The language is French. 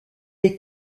est